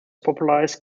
popularised